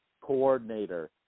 coordinator